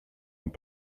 n’en